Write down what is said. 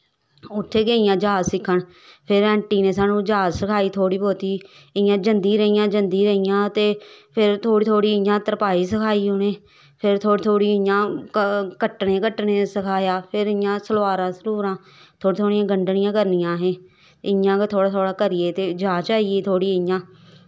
उत्थें गेइयां जााच सिक्खन फिर आंटी नै स्हानू जाच सखाई थोह्ड़ी बौह्ती इयां जंदियां रेहियां जंदियां रेहियां ते फिर थोह्ड़ी थोह्ड़ी इयां तरपाई सखाई उनें फिर थोह्ड़ा थोह्ड़ी इयां कट्टने कट्टने सखाई फिर इयां सलवारा सलवूरां थोह्ड़ियां थोह्ड़ियां गंडनियां करनियां असैं इयां गै थोह्ड़ा थोह्ड़ा करियै ते जाच आई गेई थोह्ड़ी इयां